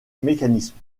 mécanisme